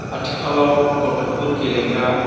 आथिखालाव गथ'फोर गेलेग्रा